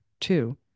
Two